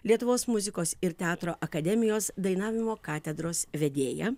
lietuvos muzikos ir teatro akademijos dainavimo katedros vedėja